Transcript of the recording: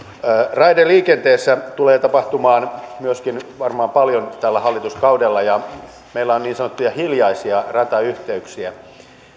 raideliikenteessä tulee tapahtumaan varmaan paljon tällä hallituskaudella ja meillä on niin sanottuja hiljaisia ratayhteyksiä